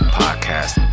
podcast